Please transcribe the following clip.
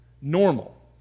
normal